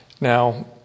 Now